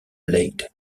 leyde